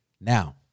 Now